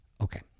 Okay